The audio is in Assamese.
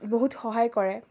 বহুত সহায় কৰে